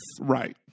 Right